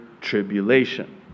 tribulation